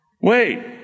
Wait